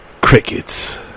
crickets